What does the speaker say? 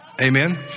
Amen